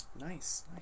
nice